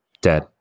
dead